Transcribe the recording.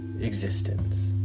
existence